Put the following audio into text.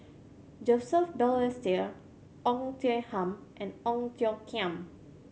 Joseph Balestier Oei Tiong Ham and Ong Tiong Khiam